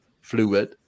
fluid